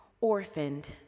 orphaned